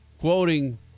quoting